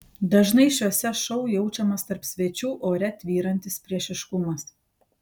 dažnai šiuose šou jaučiamas tarp svečių ore tvyrantis priešiškumas